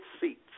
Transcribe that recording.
seats